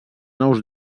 nous